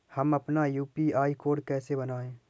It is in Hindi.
हम अपना यू.पी.आई कोड कैसे बनाएँ?